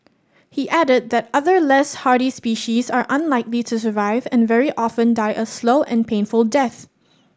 he added that other less hardy species are unlikely to survive and very often die a slow and painful death